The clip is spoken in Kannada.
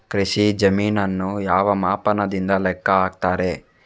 ಕೃಷಿ ಜಮೀನನ್ನು ಯಾವ ಮಾಪನದಿಂದ ಲೆಕ್ಕ ಹಾಕ್ತರೆ?